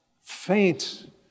faint